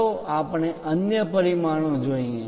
ચાલો આપણે અન્ય પરિમાણો જોઈએ